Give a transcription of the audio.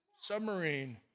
submarine